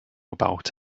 about